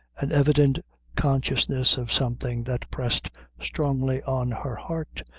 an evident consciousness of something that pressed strongly on her heart,